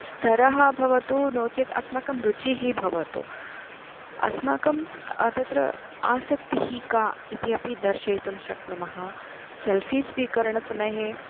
स्तरः भवतु नो चेत् अस्माकं रुचिः भवतु अस्माकं तत्र आसक्तिः का इति अपि दर्शयितुं शक्नुमः सेल्फ़ी स्वीकरणसमये